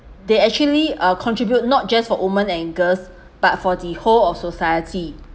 they actually uh contribute not just for women and girls but for the whole of society